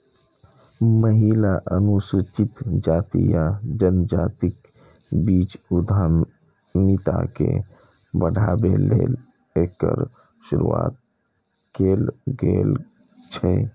महिला, अनुसूचित जाति आ जनजातिक बीच उद्यमिता के बढ़ाबै लेल एकर शुरुआत कैल गेल छै